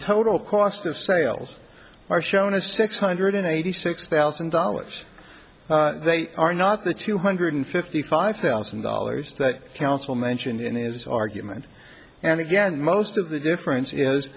total cost of sales are shown as six hundred eighty six thousand dollars they are not the two hundred fifty five thousand dollars that counsel mentioned in his argument and again most of the difference is